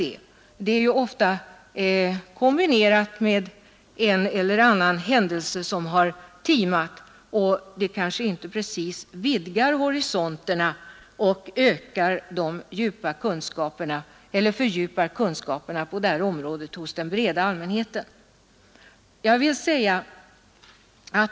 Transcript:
Det materialet är ofta kombinerat med en eller annan händelse som har timat, och det kanske inte alltid vidgar horisonterna eller fördjupar kunskaperna hos den breda allmänheten.